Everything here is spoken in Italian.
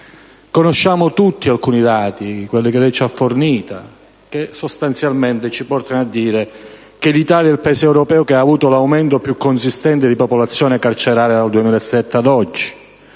Conosciamo tutti alcuni dati, quelli che lei ci ha fornito, e sostanzialmente ci portano a dire che l'Italia è il Paese europeo che ha avuto l'aumento più consistente di popolazione carceraria dal 2007 ad oggi.